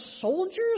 soldiers